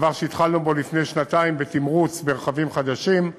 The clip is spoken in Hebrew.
דבר שהתחלנו בתמרוץ שלו לפני שנתיים ברכבים חדשים,